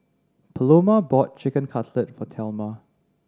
Paloma bought Chicken Cutlet for Thelma